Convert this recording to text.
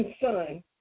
son